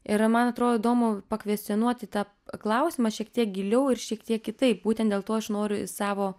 ir man atrodo įdomu pakvestionuoti tą klausimą šiek tiek giliau ir šiek tiek kitaip būtent dėl to aš noriu į savo